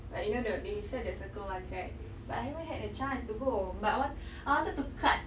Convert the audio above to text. like you know the they sell the circle ones right but I haven't had a chance to go but I want I wanted to cut